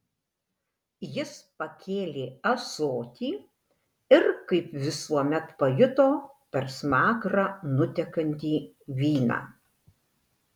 jis pakėlė ąsotį ir kaip visuomet pajuto per smakrą nutekantį vyną